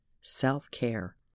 self-care